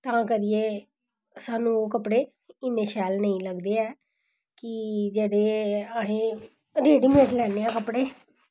तां करियै सानूं कपड़े इन्ने शैल नेईं लगदे ऐ कि जेह्ड़े असें रडीमेड लैन्ने आं अपने